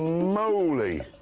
moly!